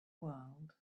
world